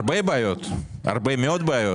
הרבה מאוד בעיות.